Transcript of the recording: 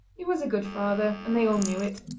he was a good father and they all knew it.